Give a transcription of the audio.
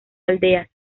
aldeas